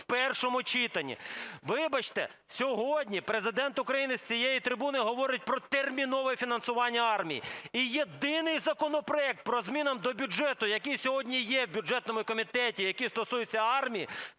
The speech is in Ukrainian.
в першому читанні. Вибачте, сьогодні Президент України з цієї трибуни говорить про термінове фінансування армії, і єдиний законопроект по змінам до бюджету, який сьогодні є в бюджетному комітеті, який стосується армії,